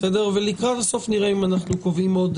ולכן אני חושבת שמה שלא נצליח לפתור היום